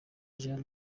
jean